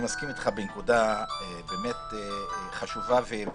אני מסכים איתך בנקודה באמת חשובה ועקרונית,